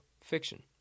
Fiction